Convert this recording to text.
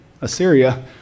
Assyria